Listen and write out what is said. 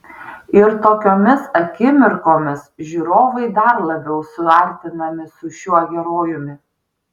ir tokiomis akimirkomis žiūrovai dar labiau suartinami su šiuo herojumi